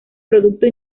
producto